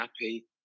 happy